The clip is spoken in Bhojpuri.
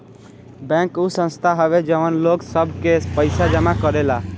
बैंक उ संस्था हवे जवन लोग सब के पइसा जमा करेला